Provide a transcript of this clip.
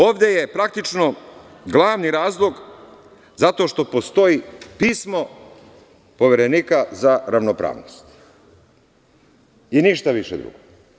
Ovde je praktično glavni razlog zato što postoji pismo Poverenika za ravnopravnost, i ništa drugo.